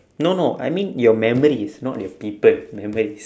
no no I mean your memories not your people memories